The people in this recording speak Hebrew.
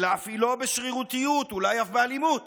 להפעילו בשרירותיות ואולי אף באלימות